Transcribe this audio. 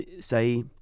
say